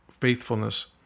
faithfulness